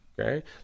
okay